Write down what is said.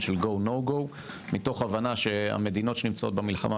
של גו נו גו מתוך הבנה שהמדינות שנמצאות במלחמה